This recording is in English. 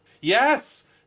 yes